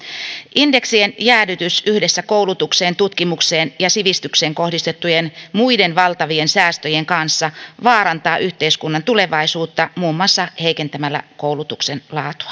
indeksien jäädytys yhdessä koulutukseen tutkimukseen ja sivistykseen kohdistettujen muiden valtavien säästöjen kanssa vaarantaa yhteiskunnan tulevaisuutta muun muassa heikentämällä koulutuksen laatua nämä